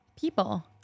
people